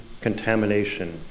contamination